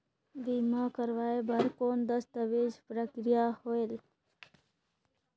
बीमा करवाय बार कौन दस्तावेज प्रक्रिया होएल?